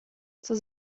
zur